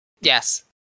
Yes